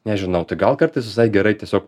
nežinau tai gal kartais visai gerai tiesiog